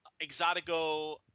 exotico